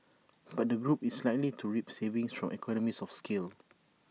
but the group is likely to reap savings from economies of scale